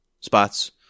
spots